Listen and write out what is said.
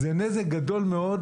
זה נזק גדול מאוד.